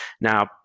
Now